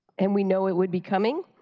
and we know it would be coming,